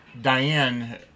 Diane